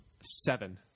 seven